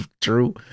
true